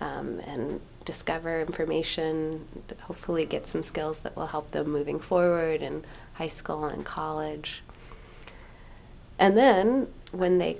and discover information but hopefully get some skills that will help them moving forward in high school and college and then when they